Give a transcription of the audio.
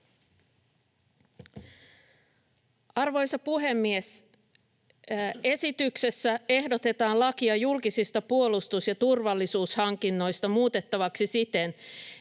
Arvoisa puhemies! Esityksessä ehdotetaan lakia julkisista puolustus- ja turvallisuushankinnoista muutettavaksi siten,